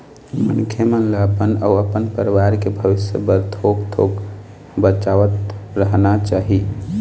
मनखे मन ल अपन अउ अपन परवार के भविस्य बर थोक थोक बचावतरहना चाही